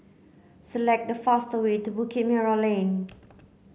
select the fastest way to Bukit Merah Lane